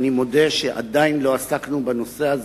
ואני מודה שעדיין לא עסקנו בנושא הזה.